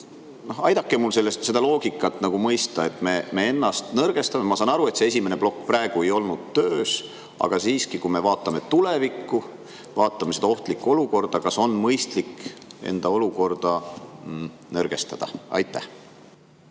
Aidake mul seda loogikat mõista. Me ju ennast nõrgestame. Ma saan aru, et see esimene plokk praegu ei olnud töös, aga siiski, kui me vaatame tulevikku, vaatame seda ohtlikku olukorda, kas on mõistlik enda olukorda nõrgestada? Aitäh,